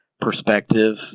perspective